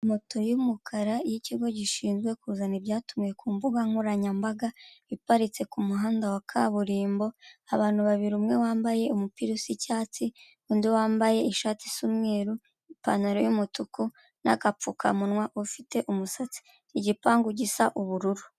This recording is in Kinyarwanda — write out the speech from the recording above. Moto y'umukara y'ikigo gishinzwe kuzana ibyatumwe ku mbuga nkoranyambaga, iparitse ku muhanda wa kaburimbo, abantu babiri, umwe wambaye umupira usa icyatsi, undi wambaye ishati isa umweru, ipantaro y'umutuku n'agapfukamunwa ufite umusatsi, igipangu gisa ubururu.